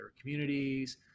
communities